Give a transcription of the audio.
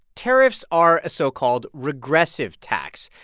tariffs are a so-called regressive tax.